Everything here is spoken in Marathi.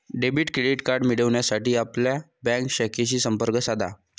डेबिट क्रेडिट कार्ड मिळविण्यासाठी आपल्या बँक शाखेशी संपर्क साधा